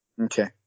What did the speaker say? Okay